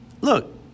look